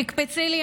תקפצי לי,